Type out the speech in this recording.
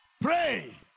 Pray